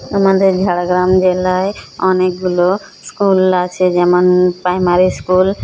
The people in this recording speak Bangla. আমাদের ঝাড়গ্রাম জেলায় অনেকগুলো স্কুল আছে যেমন প্রাইমারি স্কুল